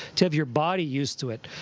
to have your body used to it.